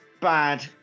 bad